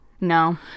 No